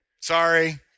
Sorry